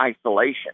isolation